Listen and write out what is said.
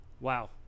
Wow